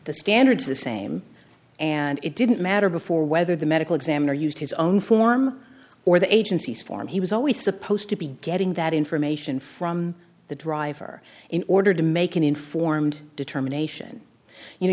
the standards are the same and it didn't matter before whether the medical examiner used his own form or the agency's form he was always supposed to be getting that information from the driver in order to make an informed determination you know